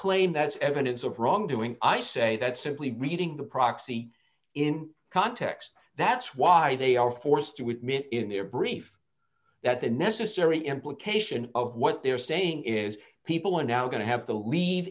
claim that's evidence of wrongdoing i say that simply reading the proxy in context that's why they are forced to admit in their brief that the necessary implication of what they're saying is people are now going to have to leave